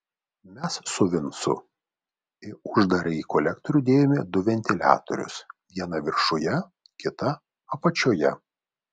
mes su vincu į uždarąjį kolektorių dėjome du ventiliatorius vieną viršuje kitą apačioje